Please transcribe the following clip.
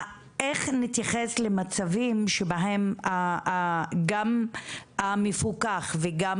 איך נתייחס למצבים שבהם גם המפוקח וגם